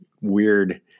weird